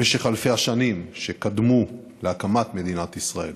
במשך אלפי השנים שקדמו להקמת מדינת ישראל